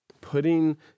putting